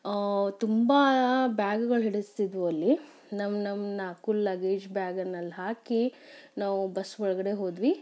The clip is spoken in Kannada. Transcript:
ತುಂಬ ಬ್ಯಾಗುಗಳು ಹಿಡಿಸ್ತಿದ್ದವು ಅಲ್ಲಿ ನಮ್ಮ ನಮ್ಮ ನಾಲ್ಕು ಲಗೇಜ್ ಬ್ಯಾಗನ್ನ ಅಲ್ಲಿ ಹಾಕಿ ನಾವು ಬಸ್ ಒಳಗಡೆ ಹೋದ್ವಿ